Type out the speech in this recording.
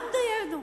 גם דיינו,